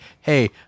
hey